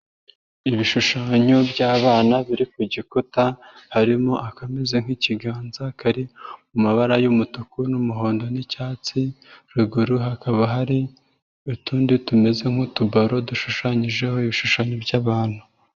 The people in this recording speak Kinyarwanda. Ibishushanyo by'abana biri ku gikuta, harimo akameze nk'ikiganza kari mu mabara y'umutuku n'umuhondo n'icyatsi. Ruguru hakaba hari utundi tumeze nk'utubaro, dushushanyijeho ibishushanyo by'abantu.